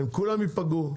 הם כולם ייפגעו,